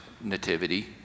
nativity